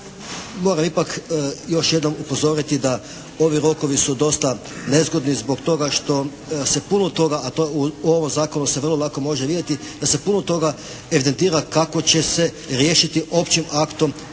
moram ipak još jednom upozoriti da ovi rokovi su dosta nezgodni zbog toga što se puno toga, a to u ovom Zakonu se vrlo lako može vidjeti da se puno toga evidentira kako će se riješiti općim aktom